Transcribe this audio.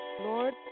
Lord